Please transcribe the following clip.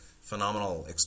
phenomenal